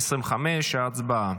2025. הצבעה.